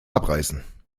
abreißen